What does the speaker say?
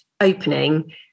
opening